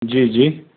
जी जी